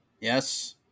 Yes